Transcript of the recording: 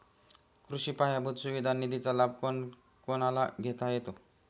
कृषी पायाभूत सुविधा निधीचा लाभ कोणाकोणाला घेता येतो?